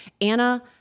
Anna